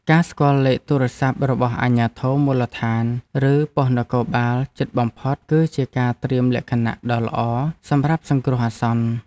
ការស្គាល់លេខទូរស័ព្ទរបស់អាជ្ញាធរមូលដ្ឋាន ឬប៉ុស្តិ៍នគរបាលជិតបំផុតគឺជាការត្រៀមលក្ខណៈដ៏ល្អសម្រាប់សង្គ្រោះអាសន្ន។